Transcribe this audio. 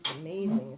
amazing